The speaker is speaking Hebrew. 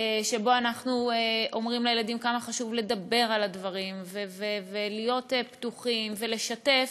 שבו אנחנו אומרים לילדים כמה חשוב לדבר על הדברים ולהיות פתוחים ולשתף,